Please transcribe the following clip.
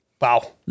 Wow